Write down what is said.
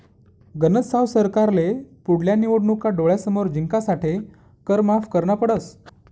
गनज साव सरकारले पुढल्या निवडणूका डोळ्यासमोर जिंकासाठे कर माफ करना पडस